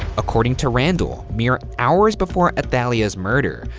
according to randall, mere hours before athalia's murder,